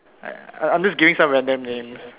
I I am just giving some random names